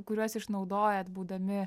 kuriuos išnaudojat būdami